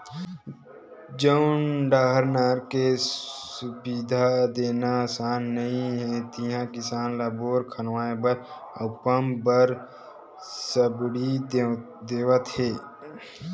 जउन डाहर नहर के सुबिधा देना असान नइ हे तेती किसान ल बोर करवाए बर अउ पंप बर सब्सिडी देवत हे